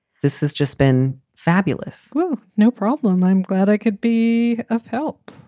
this has just been fabulous no problem. i'm glad i could be of help.